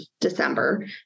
December